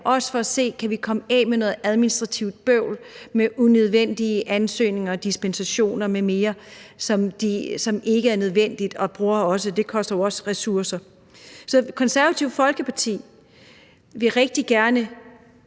også for at se, om vi kan komme af med noget administrativt bøvl, ansøgninger om dispensation m.v., som ikke er nødvendige, og som jo også koster ressourcer. Det Konservative Folkeparti vil rigtig gerne